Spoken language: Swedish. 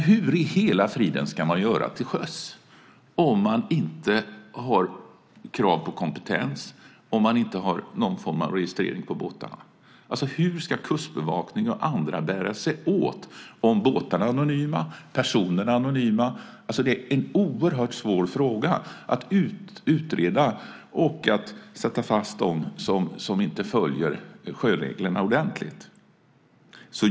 Hur i hela friden ska man göra till sjöss om man inte har krav på kompetens och om man inte har någon form av registrering på båtarna? Hur ska Kustbevakningen och andra bära sig åt om båtarna är anonyma och personerna är anonyma? Det är oerhört svårt att utreda och sätta fast dem som inte följer sjöreglerna.